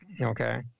Okay